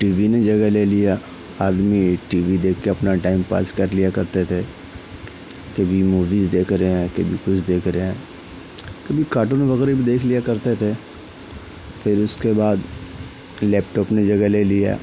T V نے جگہ لے لیا آدمی ٹی وی دیکھ کے اپنا ٹائم پاس کر لیا کرتے تھے کبھی موویز دیکھ رہے ہیں کبھی کچھ دیکھ رہے ہیں کبھی کاٹون وغیرہ بھی دیکھ لیا کرتے تھے پھر اس کے بعد لیپ ٹاپ نے جگہ لے لیا